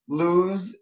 lose